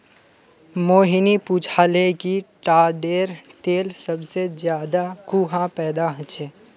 मोहिनी पूछाले कि ताडेर तेल सबसे ज्यादा कुहाँ पैदा ह छे